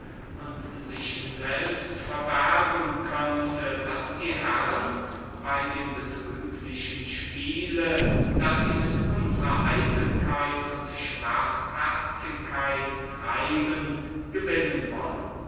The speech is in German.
und sich selbst verbergen könnte was die herren bey dem betrüglichen spiele das sie mit unserer eitelkeit und schwachherzigkeit treiben gewinnen wollen